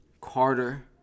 Carter